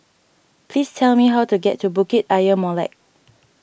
please tell me how to get to Bukit Ayer Molek